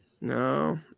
No